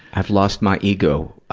i've lost my ego.